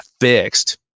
fixed